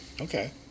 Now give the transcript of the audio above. Okay